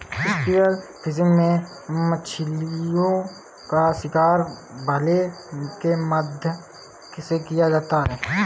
spear fishing में मछलीओं का शिकार भाले के माध्यम से किया जाता है